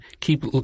keep